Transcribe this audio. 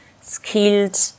skilled